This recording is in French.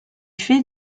fait